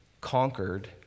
conquered